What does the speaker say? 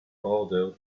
order